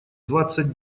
двадцать